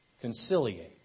Conciliate